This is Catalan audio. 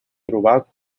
trobar